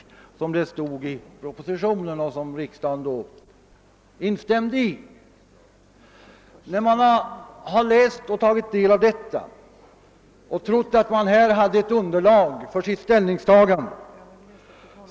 Det stod så i propositionen, och riksdagen anslöt sig till det. Då trodde jag givetvis, att man hade ett underlag för sitt ställningstagande.